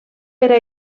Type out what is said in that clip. era